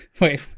wait